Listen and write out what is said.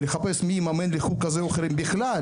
ולחפש מי יממן לי חוג כזה או אחר אם בכלל,